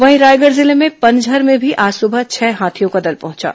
वहीं रायगढ़ जिले के पनझर में भी आज सुबह छह हाथियों का दल पहुंचा